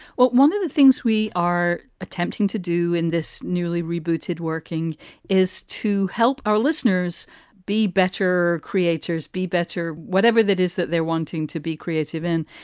well, one of the things we are attempting to do in this newly rebooted working is to help our listeners be better creators, be better whatever that is that they're wanting to be creative in.